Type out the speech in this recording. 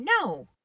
No